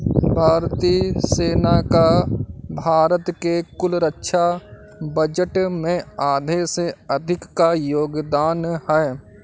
भारतीय सेना का भारत के कुल रक्षा बजट में आधे से अधिक का योगदान है